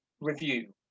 review